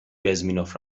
بزمینوف